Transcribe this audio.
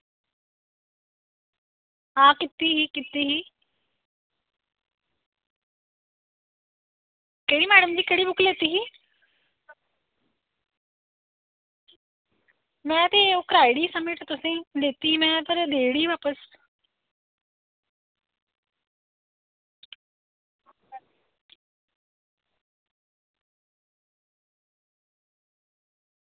हां कीती ही कीती ही केह्ड़ी मैडम जी केह्ड़ी बुक लेती ही में ते ओह् कराई ओड़ी ही सबमिट तुसेंगी दित्ती ही में खबरै देई ओड़ी ही बापस